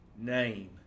name